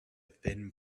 thin